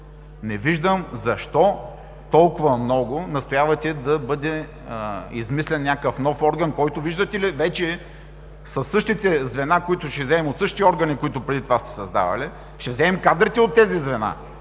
не виждам защо толкова много настоявате да бъде измислен някакъв нов орган, който, виждате ли, вече ще е със същите звена, които ще вземем от същите органи, които преди това сте създавали, ще вземем кадрите от тези звена?